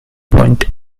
point